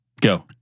Go